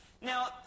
Now